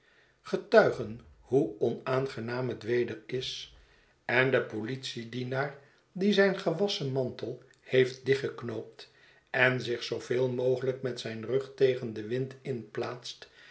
getuigen hoeonaangenaam het weder is en de politiedienaar die zijn ge wast en mantel heeft dichtgeknoopt en zich zooveel mogelijk met zijn rug tegen den wind in plaatst